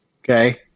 okay